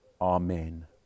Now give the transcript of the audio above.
Amen